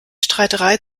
streiterei